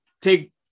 take